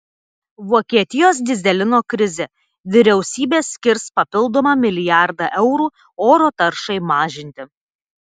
vokietijos dyzelino krizė vyriausybė skirs papildomą milijardą eurų oro taršai mažinti